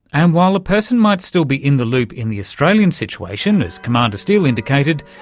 and while a person might still be in the loop in the australian situation, as commander steil indicated,